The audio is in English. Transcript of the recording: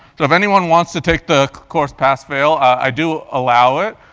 so if anyone wants to take the course pass fail, i do allow it.